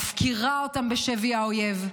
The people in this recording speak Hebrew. מפקירה אותם בשבי האויב,